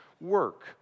work